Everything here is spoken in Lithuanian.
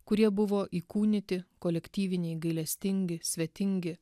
kurie buvo įkūnyti kolektyviai gailestingi svetingi